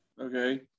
okay